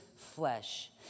flesh